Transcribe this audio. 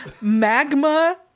magma